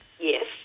Yes